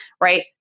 right